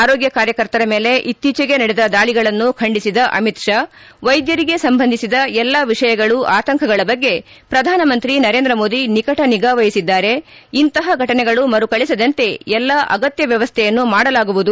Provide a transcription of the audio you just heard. ಆರೋಗ್ಯ ಕಾರ್ಯಕರ್ತರ ಮೇಲೆ ಇತ್ತೀಚೆಗೆ ನಡೆದ ದಾಳಗಳನ್ನು ಖಂಡಿಸಿದ ಅಮಿತ್ ಶಾ ವೈದ್ಧರಿಗೆ ಸಂಬಂಧಿಸಿದ ಎಲ್ಲ ವಿಷಯಗಳು ಆತಂಕಗಳ ಬಗ್ಗೆ ಪ್ರಧಾನಮಂತ್ರಿ ನರೇಂದ್ರ ಮೋದಿ ನಿಕಟ ನಿಗಾವಹಿಸಿದ್ದಾರೆ ಇಂತಹ ಘಟನೆಗಳು ಮರುಕಳಿಸದಂತೆ ಎಲ್ಲಾ ಅಗತ್ಯ ವ್ಯವಸ್ಥೆಯನ್ನು ಮಾಡಲಾಗುವುದು